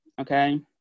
okay